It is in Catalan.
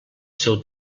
seu